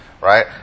right